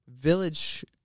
Village